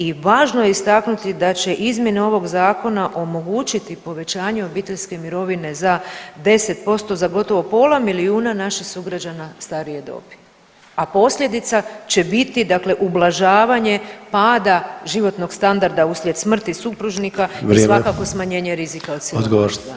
I važno je istaknuti da će izmjene ovog zakona omogućiti povećanje obiteljske mirovine za 10% za gotovo pola milijuna naših sugrađana starije dobi, a posljedica će biti, dakle ublažavanje pada životnog standarda uslijed smrti supružnika i svakako [[Upadica Sanader: Vrijeme.]] smanjenje rizika od siromaštva.